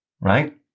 right